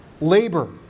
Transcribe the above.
labor